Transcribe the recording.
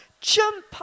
jump